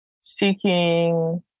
seeking